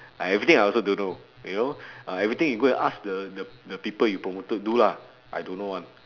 I everything I also don't know you know ah everything you go and ask the the people you promoted do lah I don't know [one]